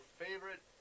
favorite